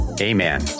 Amen